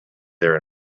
there